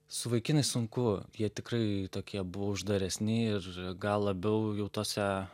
su vaikinais sunku jie tikrai tokie buvo uždaresni ir gal labiau jau tose